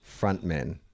frontmen